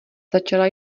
začala